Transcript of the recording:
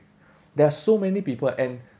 there are so many people and